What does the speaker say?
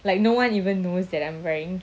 like no one even knows that I'm wearing